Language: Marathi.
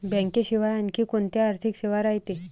बँकेशिवाय आनखी कोंत्या आर्थिक सेवा रायते?